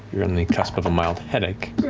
you're on the cusp of a mild headache.